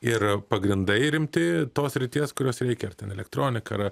ir pagrindai rimti tos srities kurios reikia ten elektronika